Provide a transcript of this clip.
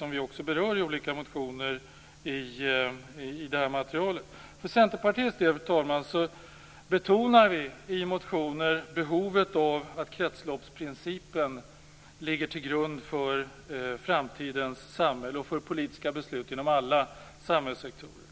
i många motioner i materialet. Vi i Centerpartiet betonar i motioner behovet av att kretsloppsprincipen ligger till grund för framtidens samhälle och för politiska beslut inom alla samhällssektorer.